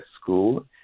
school